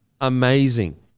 amazing